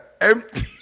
empty